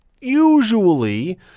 Usually